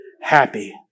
Happy